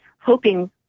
hoping